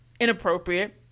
inappropriate